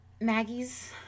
Maggie's